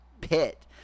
pit